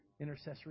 intercessory